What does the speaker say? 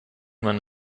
man